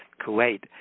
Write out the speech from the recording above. Kuwait